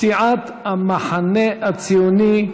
מסיעת המחנה הציוני,